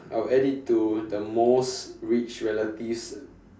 I will add it to the most rich relative's